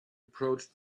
approached